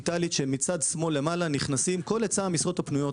להיצע משרות פנויות של מעסיקים נכנסות כל המשרות הפנויות,